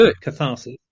catharsis